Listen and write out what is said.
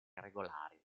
regolari